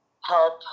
help